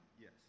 Yes